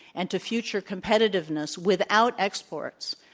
and to future competitiveness without exports,